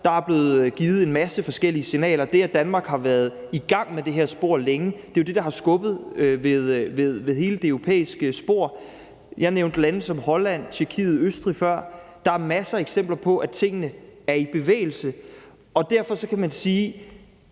der er blevet givet en masse forskellige signaler. Det, at Danmark har været i gang med det her spor længe, er jo det, der har skubbet ved hele det europæiske spor. Jeg nævnte lande som Holland, Tjekkiet og Østrig før. Der er masser af eksempler på, at tingene er i bevægelse. Og derfor kan man sige,